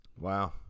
Wow